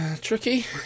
tricky